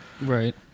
Right